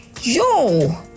yo